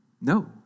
No